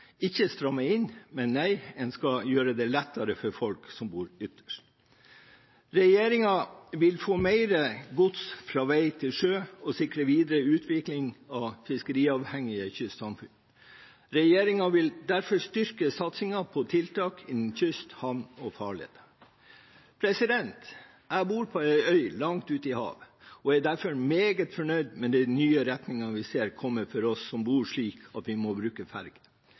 ikke stramme inn – nei, en skal gjøre det lettere for folk som bor ytterst. Regjeringen vil få mer gods fra vei til sjø og sikre videre utvikling av fiskeriavhengige kystsamfunn. Regjeringen vil derfor styrke satsingen på tiltak innen kyst, havn og farled. Jeg bor på en øy langt ute i havet og er derfor meget fornøyd med den nye retningen vi ser komme for oss som bor slik at vi må bruke ferge.